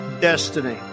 destiny